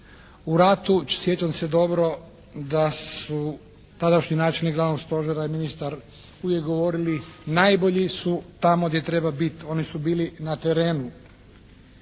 U ratu sjećam se dobro da su tadašnji načelnik glavnog stožera i ministar uvijek govorili najbolji su tamo gdje treba biti, oni su bili na terenu.